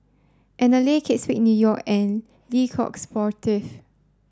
Anlene Kate Spade New York and Le Coq Sportif